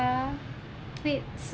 yeah wait